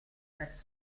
verso